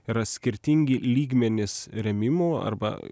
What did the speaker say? yra skirtingi lygmenys rėmimų arba